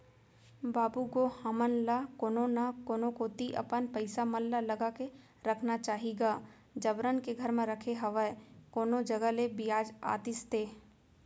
बाबू गो हमन ल कोनो न कोनो कोती अपन पइसा मन ल लगा के रखना चाही गा जबरन के घर म रखे हवय कोनो जघा ले बियाज आतिस ते